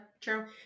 true